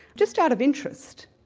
just out of interest,